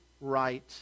right